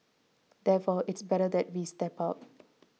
therefore it's better that we step out